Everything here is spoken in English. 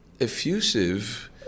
effusive